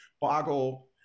boggle